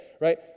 right